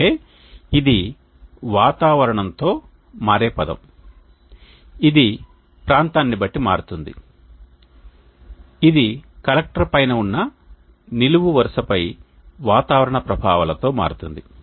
అంటే ఇది వాతావరణంతో మారే పదం ఇది ప్రాంతాన్ని బట్టి మారుతుంది ఇది కలెక్టర్ పైన ఉన్న నిలువు నిలువు వరుసపై వాతావరణ ప్రభావాలతో మారుతుంది